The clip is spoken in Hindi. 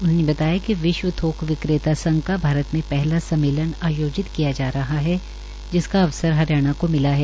उन्होंने बताया कि विश्व थोक विक्रेता संघ का भारत में पहला सम्मेलन आयोजित किया जा रहा है जिसका अवसर हरियाणा को मिला है